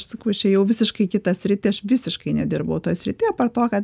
aš sakau išėjau visiškai į kitą sritį aš visiškai nedirbau toj srity apart to kad